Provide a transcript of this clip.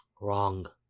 Wrong